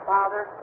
Father